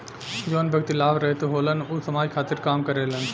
जवन व्यक्ति लाभ रहित होलन ऊ समाज खातिर काम करेलन